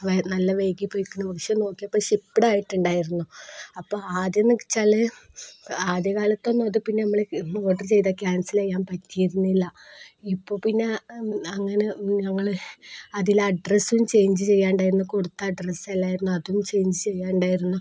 നല്ല വൈകിപ്പോയിരിക്കുന്നു പക്ഷെ നോക്കിയപ്പോള് ഷിപ്പ്ഡായിട്ടുണ്ടായിരുന്നു അപ്പോള് ആദ്യമെന്നുവച്ചാല് ആദ്യകാലത്തൊന്നും അത് പിന്നെ നമ്മള് ഓർഡർ ചെയ്താല് ക്യാൻസൽ ചെയ്യാൻ പറ്റിയിരുന്നില്ല ഇപ്പോള് പിന്നെ അങ്ങനെ ഞങ്ങള് അതില് അഡ്രസ്സും ചേഞ്ച് ചെയ്യണ്ടതുണ്ടായിരുന്നു കൊടുത്ത അഡ്രസ്സല്ലായിരുന്നു അതും ചേഞ്ച് ചെയ്യേണ്ടതുണ്ടായിരുന്നു